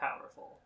powerful